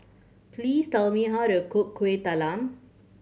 please tell me how to cook Kueh Talam